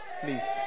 Please